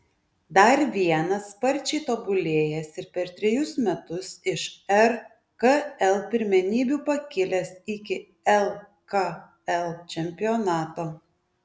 dar vienas sparčiai tobulėjęs ir per trejus metus iš rkl pirmenybių pakilęs iki lkl čempionato